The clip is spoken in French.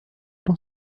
dans